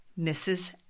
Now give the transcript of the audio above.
Mrs